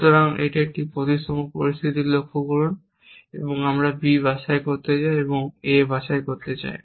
সুতরাং এই একটি প্রতিসম পরিস্থিতি লক্ষ্য করুন আমরা B বাছাই করতে চাই এবং আমরা A বাছাই করতে চাই